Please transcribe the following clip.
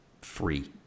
free